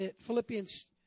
Philippians